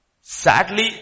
Sadly